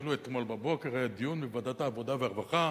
אפילו אתמול בבוקר היה דיון בוועדת העבודה והרווחה,